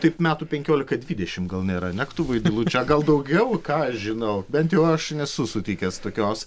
taip metų penkiolika dvidešimt gal nėra ane tų vaidilučių a gal daugiau ką žinau bent jau aš nesu sutikęs tokios